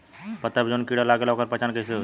पत्ता पर जौन कीड़ा लागेला ओकर पहचान कैसे होई?